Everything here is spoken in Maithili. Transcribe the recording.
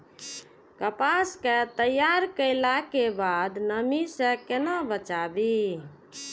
कपास के तैयार कैला कै बाद नमी से केना बचाबी?